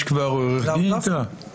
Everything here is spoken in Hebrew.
יש כבר עורך דין איתה?